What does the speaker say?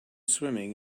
swimming